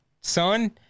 son